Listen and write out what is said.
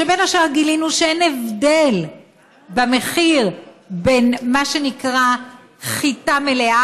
כשבין השאר גילינו שאין הבדל במחיר בין מה שנקרא חיטה מלאה,